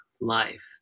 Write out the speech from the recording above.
life